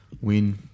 win